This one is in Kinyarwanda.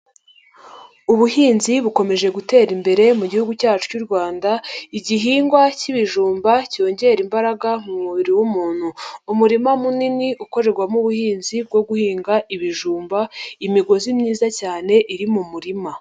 Ubuhinzi bukomeje gutera imbere mu gihugu cyacu cy'u Rwanda, igihingwa cy'ibijumba cyongera imbaraga mu mubiri w'umuntu. Umurima munini ukorerwamo ubuhinzi bwo guhinga ibijumba, imigozi myiza cyane iri mu murima.